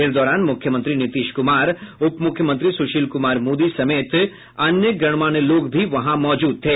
इस दौरान मुख्यमंत्री नीतीश कुमार उप मुख्यमंत्री सुशील कुमार मोदी समेत अन्य गणमान्य लोग भी वहां माजूद थे